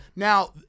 Now